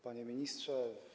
Panie Ministrze!